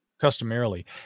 customarily